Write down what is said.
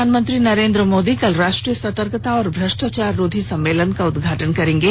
प्रधानमंत्री नरेन्द्र मोदी कल राष्ट्रीय सतर्कता और भ्रष्टाचार रोधी सम्मेलन का उदघाटन करेंगे